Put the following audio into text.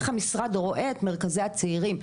איך המשרד רואה את מרכזי הצעירים.